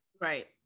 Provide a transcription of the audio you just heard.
Right